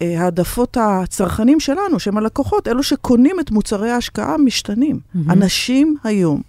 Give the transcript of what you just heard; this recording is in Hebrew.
העדפות הצרכנים שלנו, שהם הלקוחות, אלו שקונים את מוצרי ההשקעה משתנים. אנשים היום.